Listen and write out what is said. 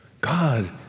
God